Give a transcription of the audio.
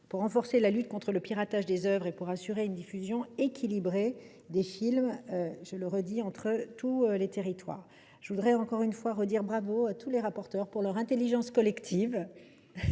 à renforcer la lutte contre le piratage des œuvres et à assurer une diffusion équilibrée des films entre tous les territoires. Encore une fois, bravo à tous les rapporteurs pour leur intelligence collective